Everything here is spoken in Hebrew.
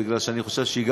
מפני שאני חושב שהיא גם